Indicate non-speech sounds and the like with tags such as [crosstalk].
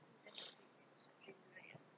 [noise]